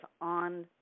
on